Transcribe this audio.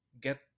get